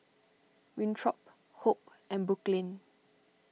Winthrop Hope and Brooklyn